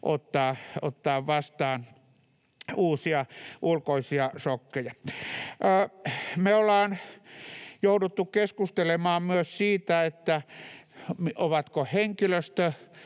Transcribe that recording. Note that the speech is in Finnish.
ottaa vastaan uusia ulkoisia šokkeja. Me ollaan jouduttu keskustelemaan myös siitä, ovatko henkilöstöravintolat